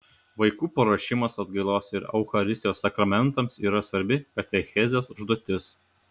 vaikų paruošimas atgailos ir eucharistijos sakramentams yra svarbi katechezės užduotis